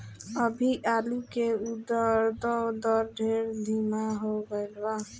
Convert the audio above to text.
अभी आलू के उद्भव दर ढेर धीमा हो गईल बा